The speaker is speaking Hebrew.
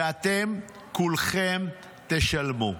ואתם כולכם תשלמו.